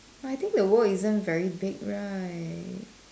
I think the world isn't very big right